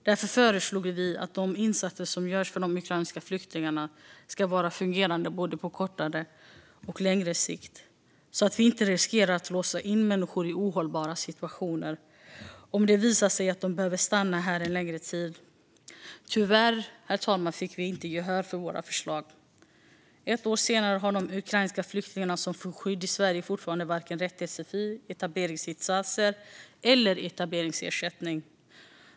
Därför föreslog vi att de insatser som görs för de ukrainska flyktingarna ska vara fungerande på både kortare och längre sikt så att vi inte riskerar att låsa in människor i ohållbara situationer om det visar sig att de behöver stanna här en längre tid. Tyvärr, herr talman, fick vi inte gehör för våra förslag. Ett år senare har de ukrainska flyktingar som får skydd i Sverige fortfarande inte rätt till vare sig sfi, etableringsinsatser eller etableringsersättning.